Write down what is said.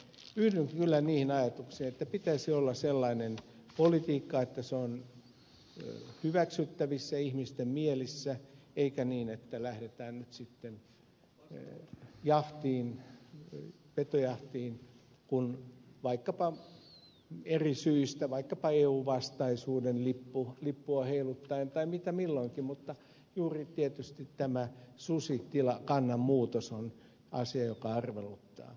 yhdyn kyllä niihin ajatuksiin että pitäisi olla sellainen politiikka että se on hyväksyttävissä ihmisten mielissä eikä niin että lähdetään nyt sitten petojahtiin eri syistä vaikkapa eu vastaisuuden lippua heiluttaen tai mitä milloinkin mutta tietysti juuri tämä susikannan muutos on asia joka arveluttaa